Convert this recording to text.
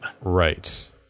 Right